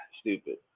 stupid